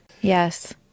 yes